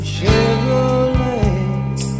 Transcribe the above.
Chevrolet